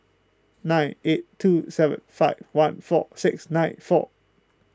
nine eight two seven five one four six nine four